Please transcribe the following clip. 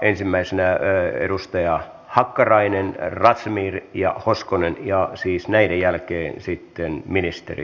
ensimmäisenä edustaja hakkarainen razmyar ja hoskonen ja siis näiden jälkeen sitten ministeri